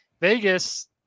Vegas